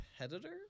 competitor